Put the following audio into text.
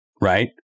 right